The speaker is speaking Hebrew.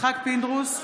יצחק פינדרוס,